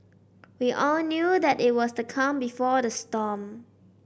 we all knew that it was the calm before the storm